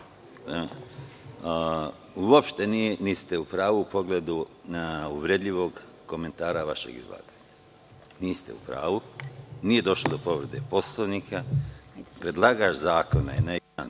uopšte niste u pravu u pogledu uvredljivog komentara vašeg izlaganja. Niste u pravu. Nije došlo do povrede Poslovnika. Predlagač zakona je nekad